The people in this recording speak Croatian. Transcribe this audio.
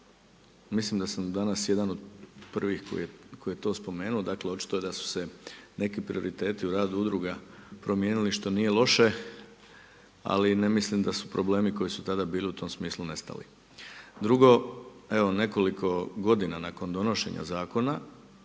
Mislim da sam danas jedan od prvih koji je to spomenuo, dakle očito je da su se neki prioriteti o radu udruga promijenili što nije loše. Ali ne mislim da su problemi koji su tada bili u tom smislu nestali. Drugo, evo nekoliko godina nakon donošenja zakona